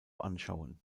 anschauen